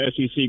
SEC